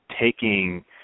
taking